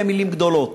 אלה מילים גדולות.